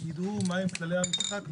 יום לימודים ארוך בתוך הוועדה.